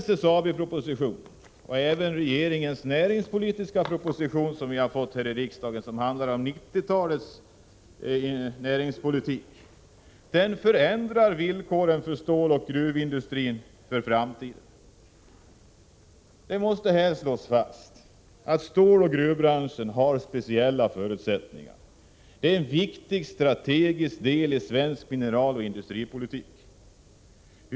SSAB-propositionen och även regeringens näringspolitiska proposition, som ligger på riksdagens bord och som handlar om 90-talets näringspolitik, förändrar villkoren för den framtida ståloch gruvindustrin. Men det måste slås fast att denna bransch har speciella förutsättningar. Den är en viktig strategisk del i svensk mineraloch industripolitik.